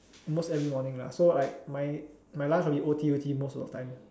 almost every morning lah so like my my lunch will be O_T_O_T most of the time